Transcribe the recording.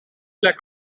plek